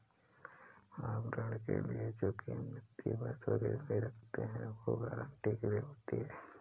आप ऋण के लिए जो कीमती वस्तु गिरवी रखते हैं, वो गारंटी के लिए होती है